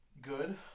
Good